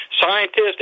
scientists